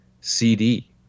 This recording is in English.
CD